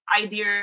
idea